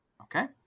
Okay